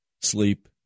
sleep